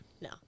no